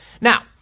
Now